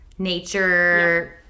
nature